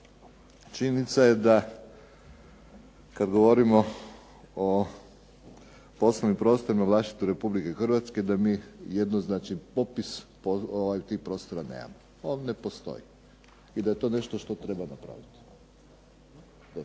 činjenica je da kad govorimo o poslovnim prostorima u vlasništvu Republike Hrvatske da mi jedno znači popis tih prostora nemamo, on ne postoji i da je to nešto što treba napraviti,